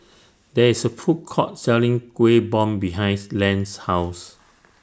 There IS A Food Court Selling Kueh Bom behind Len's House